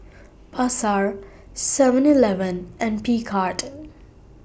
Pasar Seven Eleven and Picard